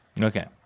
Okay